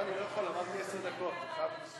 כי הממשלה גם ככה לא חייבת להשיב.